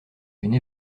une